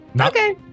Okay